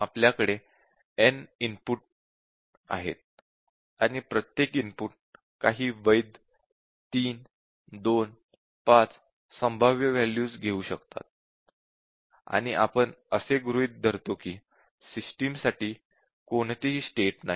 आपल्याकडे n input आहेत आणि प्रत्येक इनपुट काही वैध 3 2 5 संभाव्य वॅल्यूज घेऊ शकतात आणि आपण असे गृहीत धरतो की सिस्टम साठी कोणतीही स्टेट नाही